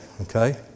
okay